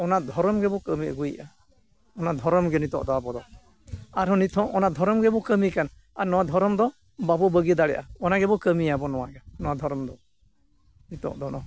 ᱚᱱᱟ ᱫᱷᱚᱨᱚᱢ ᱜᱮᱵᱚ ᱠᱟᱹᱢᱤ ᱟᱹᱜᱩᱭᱮᱜᱼᱟ ᱚᱱᱟ ᱫᱷᱚᱨᱚᱢ ᱜᱮ ᱱᱤᱛᱳᱜ ᱫᱚ ᱟᱵᱚᱫᱚ ᱟᱨᱦᱚᱸ ᱱᱤᱛᱦᱚᱸ ᱚᱱᱟ ᱫᱷᱚᱨᱚᱢ ᱜᱮᱵᱚᱱ ᱠᱟᱹᱢᱤ ᱠᱟᱱᱟ ᱟᱨ ᱱᱚᱣᱟ ᱫᱷᱚᱨᱚᱢ ᱫᱚ ᱵᱟᱵᱚᱱ ᱵᱟᱹᱜᱤ ᱫᱟᱲᱮᱭᱟᱜᱼᱟ ᱚᱱᱟ ᱜᱮᱵᱚᱱ ᱠᱟᱹᱢᱤᱭᱟᱵᱚᱱ ᱱᱚᱣᱟᱜᱮ ᱱᱚᱣᱟ ᱫᱷᱚᱨᱚᱢ ᱫᱚ ᱱᱤᱛᱳᱜ ᱫᱚ ᱱᱚᱣᱟ